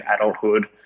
adulthood